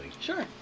Sure